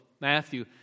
Matthew